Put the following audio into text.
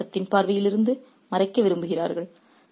அவர்கள் சட்டத்தின் பார்வையில் இருந்து மறைக்க விரும்புகிறார்கள்